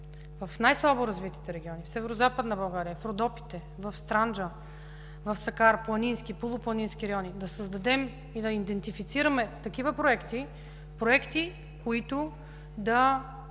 в най-слабо развитите региони – Северозападна България, в Родопите, в Странджа, в Сакар – планински и полупланински райони, да създадем и да идентифицираме такива проекти, които да